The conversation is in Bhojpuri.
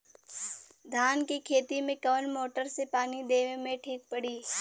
धान के खेती मे कवन मोटर से पानी देवे मे ठीक पड़ी?